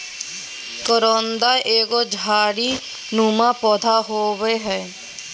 करोंदा एगो झाड़ी नुमा पौधा होव हय